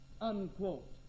unquote